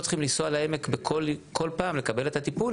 צריכים לנסוע לעמק כל פעם לקבל את הטיפול,